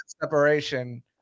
separation